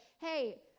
hey